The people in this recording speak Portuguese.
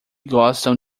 gostam